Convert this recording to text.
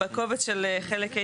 בקובץ של חלק ה'